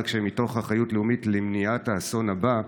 שמתוך אחריות לאומית למניעת האסון הבא,